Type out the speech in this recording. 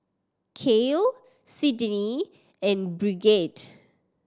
Cael Sydnie and Brigette